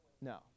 No